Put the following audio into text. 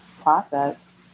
process